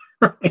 right